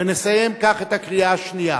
נסיים כך את הקריאה השנייה,